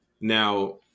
Now